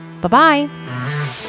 Bye-bye